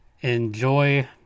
Enjoy